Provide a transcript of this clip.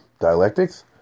dialectics